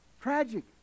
Tragic